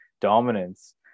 dominance